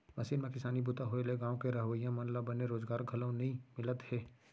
machine म किसानी बूता होए ले गॉंव के रहवइया मन ल बने रोजगार घलौ नइ मिलत हे